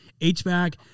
HVAC